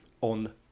on